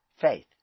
faith